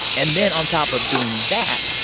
and then on top of doing that,